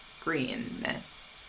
greenness